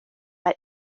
här